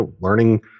learning